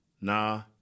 nah